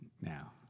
Now